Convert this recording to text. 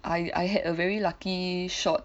I I had a very lucky shot